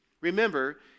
Remember